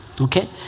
Okay